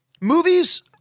movies